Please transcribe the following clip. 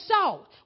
salt